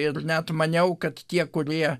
ir net maniau kad tie kurie